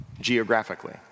geographically